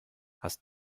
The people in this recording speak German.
hast